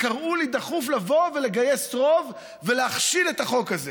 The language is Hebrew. קראו לי דחוף לבוא ולגייס רוב ולהכשיל את החוק הזה,